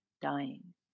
dying